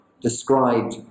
described